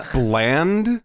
bland